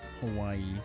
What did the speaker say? Hawaii